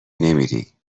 نمیری